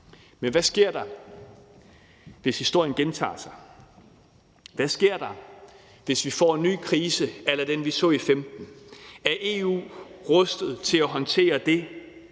Men hvad sker der, hvis historien gentager sig? Hvad sker der, hvis vi får en ny krise a la den, vi så i 2015? Er EU rustet til at håndtere det?